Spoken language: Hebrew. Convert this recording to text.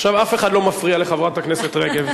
עכשיו אף אחד לא מפריע לחברת הכנסת רגב.